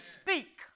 speak